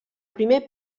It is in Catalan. primer